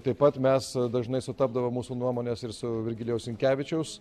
taip pat mes dažnai sutapdavo mūsų nuomonės ir su virginijaus sinkevičiaus